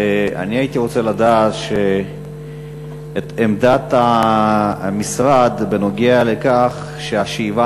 ואני הייתי רוצה לדעת את עמדת המשרד בנוגע לכך שהשאיבה